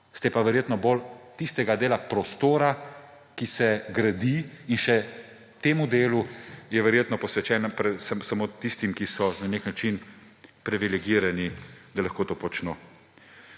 Ste pa verjetno bolj na strani tistega dela prostora, ki se gradi, in še ta del je verjetno posvečen samo tistim, ki so na nek način privilegirani, da lahko to počno.